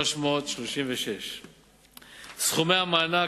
1,336. סכומי המענק,